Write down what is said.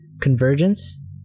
Convergence